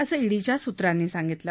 असं ईडीच्या सूत्रांनी सांगितलं